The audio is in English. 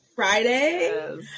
friday